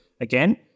Again